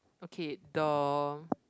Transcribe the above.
okay the